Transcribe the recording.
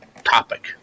topic